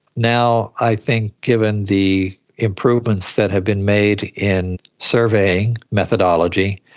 now i think given the improvements that have been made in survey methodology,